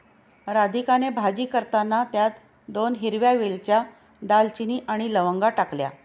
राधिकाने भाजी करताना त्यात दोन हिरव्या वेलच्या, दालचिनी आणि लवंगा टाकल्या